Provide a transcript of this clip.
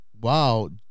wow